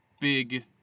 big